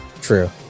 true